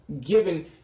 given